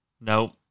No